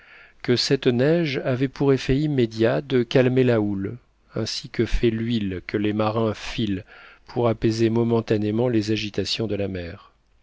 que cette neige avait pour effet immédiat de calmer la houle ainsi que fait l'huile que les marins filent pour apaiser momentanément les agitations de la mer